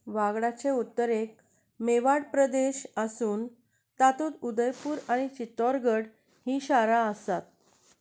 वागडाचे उत्तरेक मेवाड प्रदेश आसून तातूंत उदयपूर आनी चित्तौरगड हीं शारां आसात